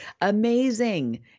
Amazing